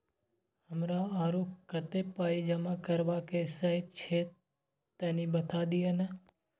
हमरा आरो कत्ते पाई जमा करबा के छै से तनी बता दिय न?